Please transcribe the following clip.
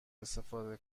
استفاده